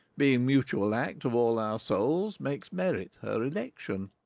being mutual act of all our souls, makes merit her election,